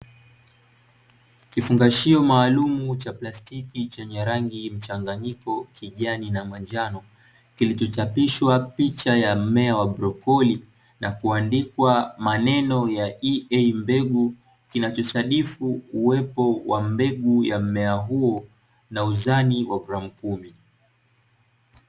Kifungashio maalumu cha plastiki chenye rangi mchanganyiko kijani na manjano, kilichochapishwa picha ya mimea wa brokoli na kuandikwa maneno ya ea mbegu; kinachosadifu uwepo mbegu ya mmea huo na uzani wa gramu kumi.